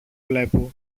βλέπω